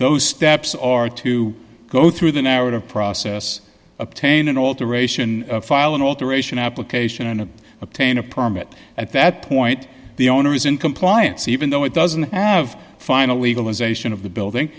those steps are to go through the narrative process obtain an alteration file an alteration application to obtain a permit at that point the owner is in compliance even though it doesn't have final legalisation of the building